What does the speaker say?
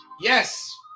yes